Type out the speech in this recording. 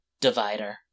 divider